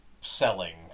selling